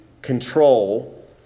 control